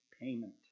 payment